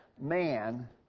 man